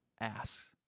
asks